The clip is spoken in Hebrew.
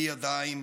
ידיים,